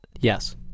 yes